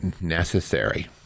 necessary